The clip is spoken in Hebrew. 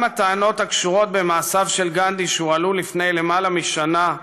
גם הטענות הקשורות במעשיו של גנדי שהועלו לפני למעלה משנה,